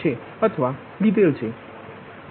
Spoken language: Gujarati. છે અથવા લીધેલ છે